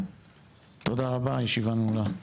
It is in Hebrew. תודה רבה, הישיבה נעולה.